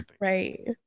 Right